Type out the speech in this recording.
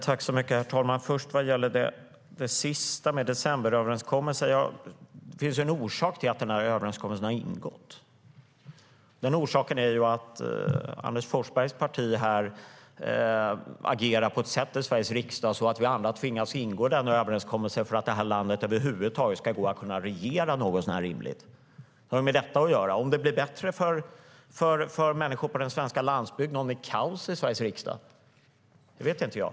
Herr talman! Först ska jag ta upp det sista: decemberöverenskommelsen. Det finns en orsak till att överenskommelsen har ingåtts. Den orsaken är att Anders Forsbergs parti agerar på ett sådant sätt i Sveriges riksdag att vi andra har tvingats ingå den överenskommelsen för att det här landet över huvud taget ska gå att regera något så när rimligt. Det har med detta att göra. Blir det bättre för människor på den svenska landsbygden om det är kaos i Sveriges riksdag? Det vet inte jag.